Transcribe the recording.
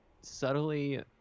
subtly